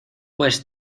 pues